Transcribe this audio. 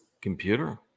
computer